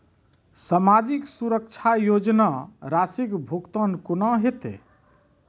समाजिक सुरक्षा योजना राशिक भुगतान कूना हेतै?